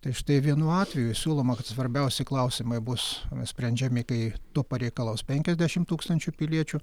tai štai vienu atveju siūloma kad svarbiausi klausimai bus sprendžiami kai to pareikalaus penkiasdešimt tūkstančių piliečių